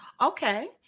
Okay